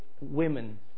women